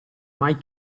mai